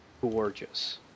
gorgeous